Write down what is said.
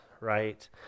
Right